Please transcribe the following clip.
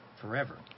forever